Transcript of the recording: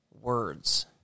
words